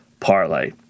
Parlay